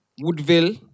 Woodville